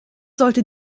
sollte